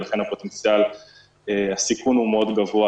ולכן הסיכון הוא מאוד גבוה